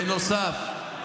בנוסף,